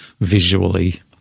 visually